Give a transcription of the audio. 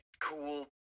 cool